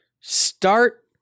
start